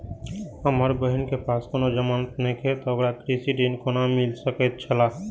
हमर बहिन के पास कोनो जमानत नेखे ते ओकरा कृषि ऋण कोना मिल सकेत छला?